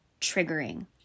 triggering